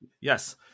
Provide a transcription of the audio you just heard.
Yes